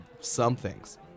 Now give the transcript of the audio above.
somethings